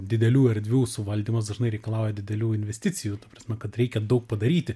didelių erdvių suvaldymas dažnai reikalauja didelių investicijų ta prasme kad reikia daug padaryti